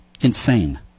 insane